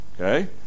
okay